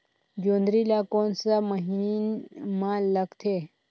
जोंदरी ला कोन सा महीन मां लगथे?